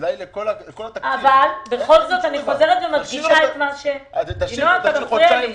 בכל זאת אני חוזרת ומדגישה- - תשאיר